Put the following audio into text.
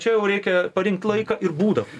čia jau reikia parinkt laiką ir būdą